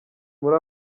muri